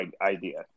idea